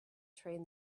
train